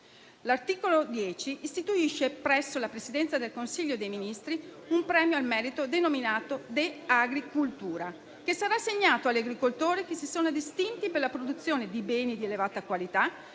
L'articolo 10 istituisce presso la Presidenza del Consiglio dei ministri un premio al merito denominato «*De agri cultura»*, che sarà assegnato agli agricoltori che si sono distinti per la produzione di beni di elevata qualità